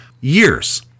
Years